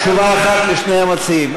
תשובה אחת לשני המציעים.